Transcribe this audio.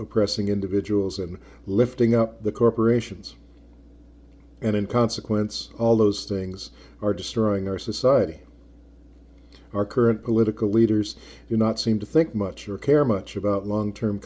oppressing individuals and lifting up the corporations and in consequence all those things are destroying our society our current political leaders do not seem to think much or care much about long term